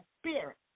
spirit